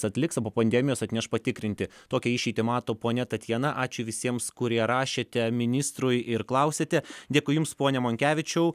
atliks o po pandemijos atneš patikrinti tokią išeitį mato ponia tatjana ačiū visiems kurie rašėte ministrui ir klausėte dėkui jums pone monkevičiau